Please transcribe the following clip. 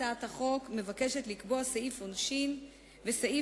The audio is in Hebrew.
הצעת החוק מבקשת לקבוע סעיף עונשין וסעיף